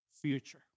future